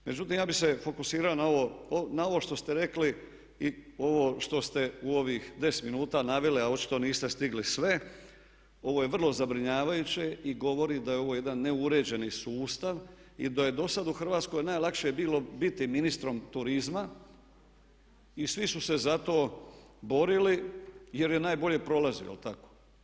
Međutim, ja bih se fokusirao na ovo, na ovo što ste rekli i ovo što ste u ovih 10 minuta naveli a očito niste stigli sve, ovo je vrlo zabrinjavajuće i govori da je ovo jedan neuređeni sustav i da je do sada u Hrvatskoj najlakše biti ministrom turizma i svi su se za to borili jer je najbolje prolazio je li tako?